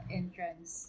entrance